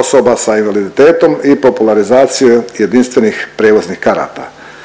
osoba sa invaliditetom i popularizacije jedinstvenih prijevoznih karata.